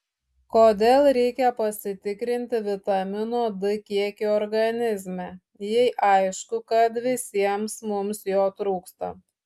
kodėl reikia pasitikrinti vitamino d kiekį organizme jei aišku kad visiems mums jo trūksta